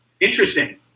interesting